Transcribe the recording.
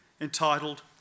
entitled